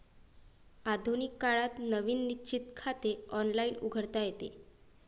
आधुनिक काळात नवीन निश्चित खाते ऑनलाइन उघडता येते